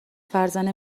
فرزانه